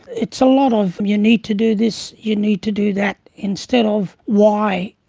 it's a lot of you need to do this, you need to do that, instead of why.